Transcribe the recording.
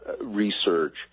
research